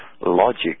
logic